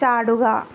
ചാടുക